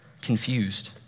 confused